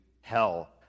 hell